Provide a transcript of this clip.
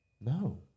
No